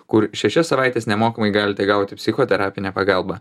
kur šešias savaites nemokamai galite gauti psichoterapinę pagalbą